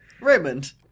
Raymond